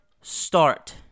start